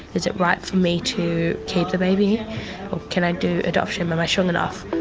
is it right for me to keep the baby? or can i do adoption, am and i strong enough?